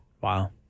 Wow